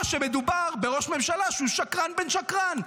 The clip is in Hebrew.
או שמדובר בראש ממשלה שהוא שקרן בן שקרן.